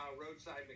roadside